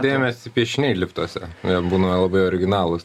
dėmesį piešiniai liftuose būna labai originalūs